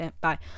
bye